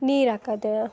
ನೀರು ಹಾಕದ